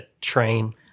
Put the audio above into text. train